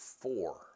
four